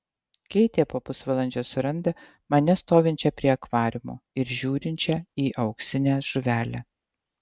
keitė po pusvalandžio suranda mane stovinčią prie akvariumo ir žiūrinčią į auksinę žuvelę